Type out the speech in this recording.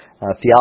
theology